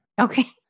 okay